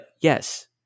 yes